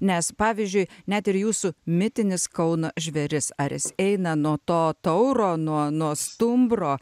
nes pavyzdžiui net ir jūsų mitinis kauno žvėris ar jis eina nuo to tauro nuo nuo stumbro